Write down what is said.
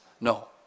no